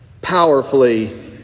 powerfully